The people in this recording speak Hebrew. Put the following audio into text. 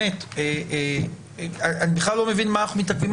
אני בכלל לא מבין למה אנחנו מתעכבים על